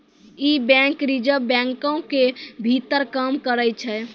इ bank reserve बैंको के भीतर काम करै छै